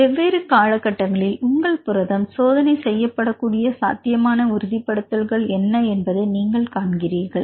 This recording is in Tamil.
வெவ்வேறு காலகட்டங்களில் உங்கள் புரதம் சோதனை செய்ய படக்கூடிய சாத்தியமான உறுதிப்படுத்தல்கள் என்ன என்பதை நீங்கள் காண்கிறீர்கள்